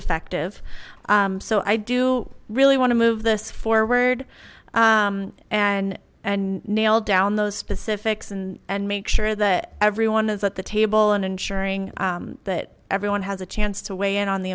effective so i do really want to move this forward and and nail down those specifics and and make sure that everyone is at the table and ensuring that everyone has a chance to weigh in on the